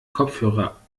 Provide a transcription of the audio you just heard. kopfhörer